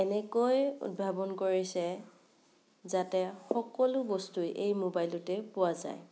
এনেকৈ উদ্ভাৱন কৰিছে যাতে সকলো বস্তু এই মোবাইলটোতে পোৱা যায়